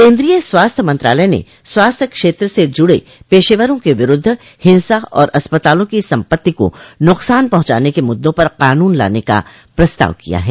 केन्द्रीय स्वास्थ्य मंत्रालय ने स्वास्थ्य क्षेत्र से जुड़े पेशेवरों के विरुद्ध हिंसा और अस्पतालों की सम्पत्ति को नुकसान पहुंचाने के मुद्दों पर कानून लाने का प्रस्ताव किया है